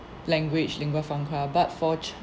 language lingua franca but for ch~